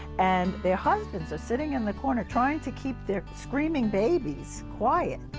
and their husbands are sitting in the corner trying to keep their screaming babies quiet.